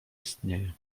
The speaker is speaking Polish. istnieje